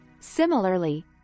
Similarly